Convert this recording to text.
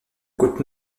côte